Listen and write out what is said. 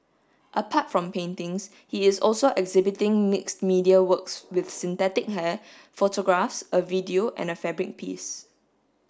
apart from paintings he is also exhibiting mix media works with synthetic hair photographs a video and a fabric piece